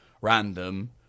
random